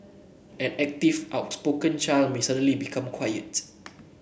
an active outspoken child may suddenly become quiet